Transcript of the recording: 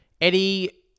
Eddie